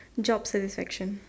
job satisfaction